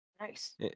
nice